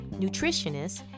nutritionists